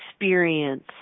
experience